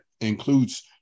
includes